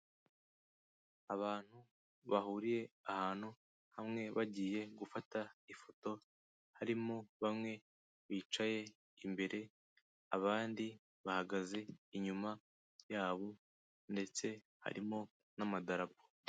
Abantu bahuriye ahantu hamwe bagiye gufata ifoto, harimo bamwe bicaye imbere, abandi bahagaze inyuma yabo ndetse harimo n'amadarapo.